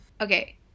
Okay